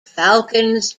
falcons